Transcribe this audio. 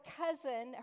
cousin